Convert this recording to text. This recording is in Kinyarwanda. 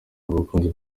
abakunzi